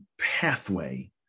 pathway